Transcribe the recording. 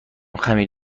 خمیر